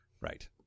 Right